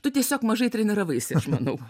tu tiesiog mažai treniravaisi aš manau